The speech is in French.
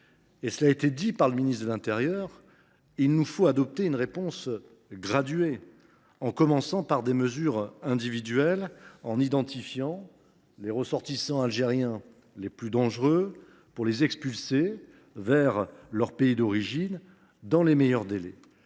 l’a indiqué le ministre de l’intérieur, il nous faut adopter une réponse graduée en commençant par des mesures individuelles. D’abord, il faut identifier les ressortissants algériens les plus dangereux pour les expulser vers leur pays d’origine dans les meilleurs délais.